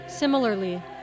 Similarly